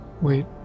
wait